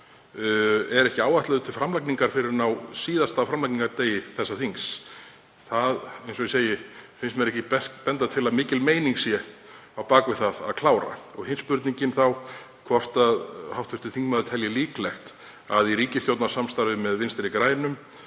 er ekki áætluð til framlagningar fyrr en á síðasta framlagningardegi þessa þings? Það finnst mér ekki benda til að mikil meining sé á bak við það að klára. Hin spurningin er þá hvort hv. þingmaður telji líklegt að í ríkisstjórnarsamstarfi með Vinstri grænum